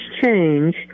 change